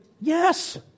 yes